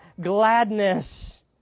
Gladness